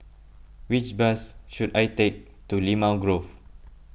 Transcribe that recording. which bus should I take to Limau Grove